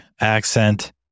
accent